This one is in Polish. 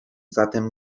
zatem